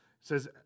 says